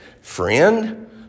friend